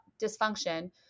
dysfunction